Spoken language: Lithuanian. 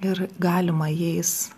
ir galima jais